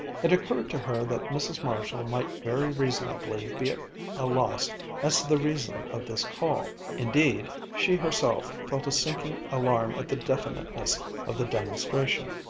it occurred to her that mrs. marshall might very reasonably be at a loss as to the reason of this call. indeed, she herself felt a sinking alarm at the definiteness of the demonstration.